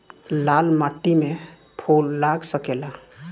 लाल माटी में फूल लाग सकेला?